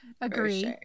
Agree